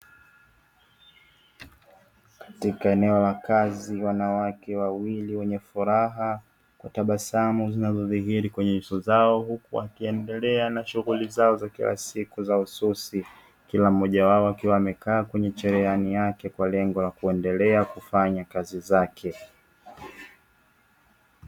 Katika eneo la kazi wanawake wawili wenye furaha kwa tabasamu, zinazo dhihiri kwenye nyuso zao. Huku wakiendelea na shughuli zao za kila siku za ususi kila mmoja wao akiwa amekaa kwenye cherehani yake kwa lengo la kuendelea kufanya kazi zake.